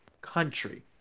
country